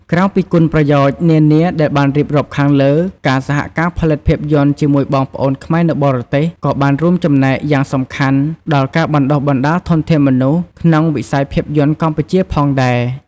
ក្រៅពីគុណប្រយោជន៍នានាដែលបានរៀបរាប់ខាងលើ ការសហការផលិតភាពយន្តជាមួយបងប្អូនខ្មែរនៅបរទេសក៏បានរួមចំណែកយ៉ាងសំខាន់ដល់ ការបណ្តុះបណ្តាលធនធានមនុស្ស ក្នុងវិស័យភាពយន្តកម្ពុជាផងដែរ។